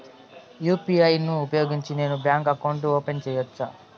UPI ను ఉపయోగించి నేను బ్యాంకు అకౌంట్ ఓపెన్ సేయొచ్చా?